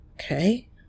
Okay